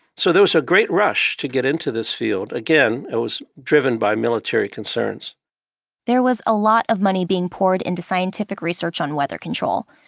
so there was a great rush to get into this field. again, it was driven by military concerns there was a lot of money being poured into scientific research on weather control,